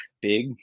big